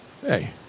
Hey